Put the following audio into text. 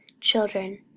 children